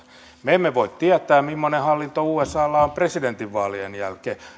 me emme voi tietää mimmoinen hallinto usalla on presidentinvaalien jälkeen